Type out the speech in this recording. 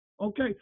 okay